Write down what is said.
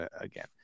again